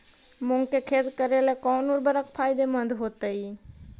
मुंग के खेती करेला कौन उर्वरक फायदेमंद होतइ?